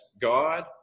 God